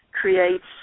creates